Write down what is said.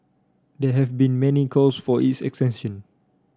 there have been many calls for its extension